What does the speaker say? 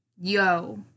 Yo